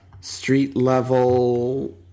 street-level